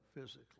physically